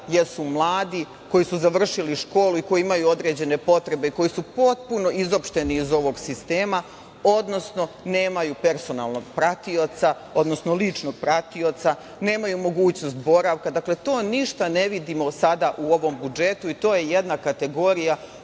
jesu mladi koji su završili školu i koji imaju određene potrebe i koji su potpuno izopšteni iz ovog sistema, odnosno nemaju personalnog pratioca, odnosno ličnog pratioca, nemaju mogućnost boravka. To ništa ne vidimo sada u ovom budžetu i to je jedna kategorija